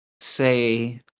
say